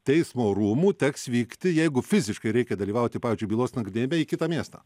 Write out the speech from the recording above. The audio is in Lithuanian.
teismo rūmų teks vykti jeigu fiziškai reikia dalyvauti pavyzdžiui bylos nagrinėjime į kitą miestą